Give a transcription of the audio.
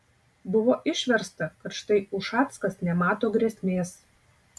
buvo išversta kad štai ušackas nemato grėsmės